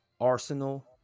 Arsenal